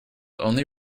only